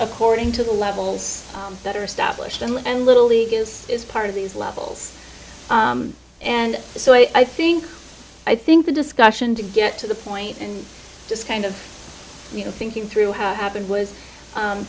adding to the levels that are established and little league is is part of these levels and so i think i think the discussion to get to the point and just kind of you know thinking through how happened was